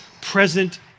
present